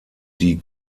die